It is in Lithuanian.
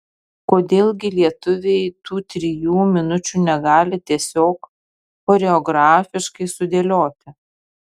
kodėl gi lietuviai tų trijų minučių negali tiesiog choreografiškai sudėlioti